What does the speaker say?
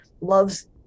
loves